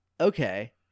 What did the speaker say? Okay